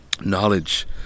knowledge